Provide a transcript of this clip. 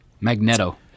Magneto